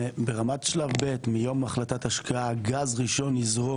ברמת שלב ב' מיום החלטת השקעה גז ראשון יזרום